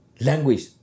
language